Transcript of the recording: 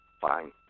fine